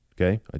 Okay